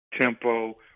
tempo